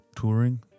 touring